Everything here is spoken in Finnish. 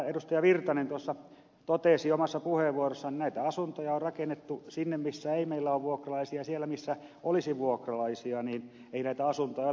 erkki virtanen totesi omassa puheenvuorossaan näitä asuntoja on rakennettu sinne missä meillä ei ole vuokralaisia ja siellä missä olisi vuokralaisia ei näitä asuntoja ole